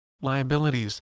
liabilities